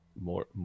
more